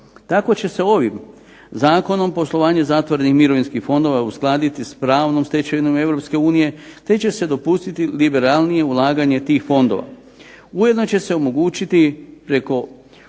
Tako će se ovim zakonom poslovanje zatvorenih mirovinskih fondova uskladiti sa pravnom stečevinom Europske unije, te će se dopustiti liberalnije ulaganje tih fondova. Ujedno će se omogućiti preko